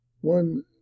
one